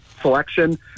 selection